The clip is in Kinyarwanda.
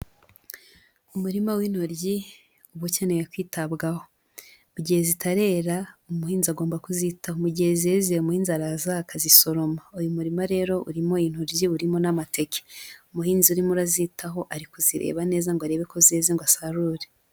Umurima w'intoryi uba ukeneye kwitabwaho, mu gihe zitarera umuhinzi agomba kuzitaho mu gihe zize muri inzaraza akazizisoroma, uyu murima rero urimo intoryi urimo n'amateke, umuhinzi urimo azitaho ari kuzireba neza ngo arebe ko zeze ngo asarure.